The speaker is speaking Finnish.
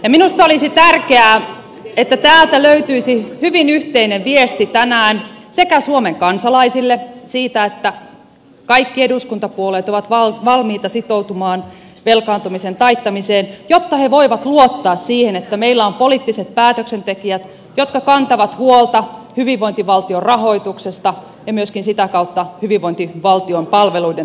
minusta olisi tärkeää että täältä löytyisi hyvin yhteinen viesti tänään suomen kansalaisille siitä että kaikki eduskuntapuolueet ovat valmiita sitoutumaan velkaantumisen taittamiseen jotta he voivat luottaa siihen että meillä on poliittiset päätöksentekijät jotka kantavat huolta hyvinvointivaltion rahoituksesta ja myöskin sitä kautta hyvinvointivaltion palveluiden turvaamisesta